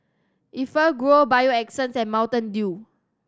Enfagrow Bio Essence and Mountain Dew